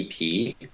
EP